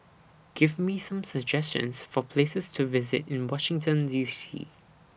Give Me Some suggestions For Places to visit in Washington D C